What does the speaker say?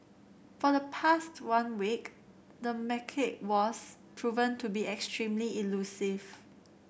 for the past one week the macaque was proven to be extremely elusive